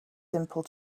simple